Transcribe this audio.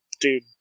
Dude